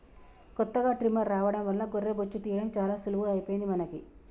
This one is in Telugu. కొత్తగా ట్రిమ్మర్ రావడం వల్ల గొర్రె బొచ్చు తీయడం చాలా సులువుగా అయిపోయింది మనకి